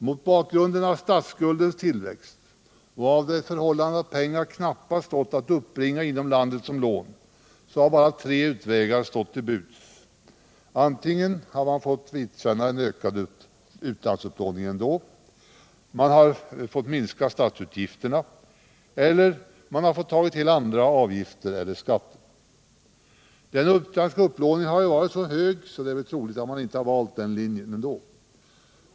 Mot bakgrund av statsskuldens tillväxt och av det förhållandet att pengar knappast stått att uppbringa inom landet som lån, hade bara tre utvägar stått till buds. 1. Man hade fått vidkännas en ökad utlandsupplåning, trots allt. 2. Man hade fått minska statsutgifterna. 3. Man hade fått ta till andra avgifter eller skatter. Den utländska upplåningen har varit mycket hög, så det är troligt att man inte hade valt den linjen ändå.